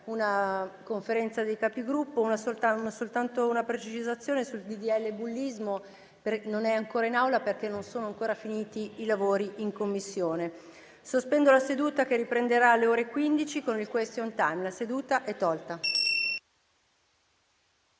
Sospendo la seduta, che riprenderà alle ore 15 con il *question time*. *(La seduta, sospesa